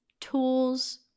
tools